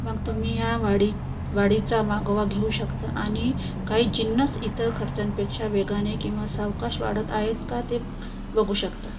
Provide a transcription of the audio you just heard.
मग तुम्ही ह्या वाढी वाढीचा मागोवा घेऊ शकता आणि काही जिन्नस इतर खर्चांपेक्षा वेगाने किंवा सावकाश वाढत आहेत का ते बघू शकता